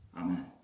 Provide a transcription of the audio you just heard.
Amen